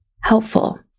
helpful